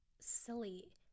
silly